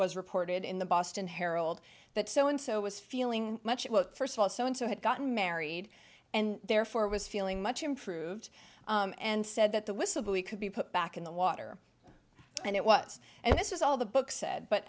was reported in the boston herald that so and so was feeling much about first of all so and so had gotten married and therefore was feeling much improved and said that the whistleblower could be put back in the water and it was and this is all the book said but